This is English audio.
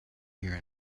here